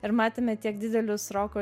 ir matėme tiek didelius roko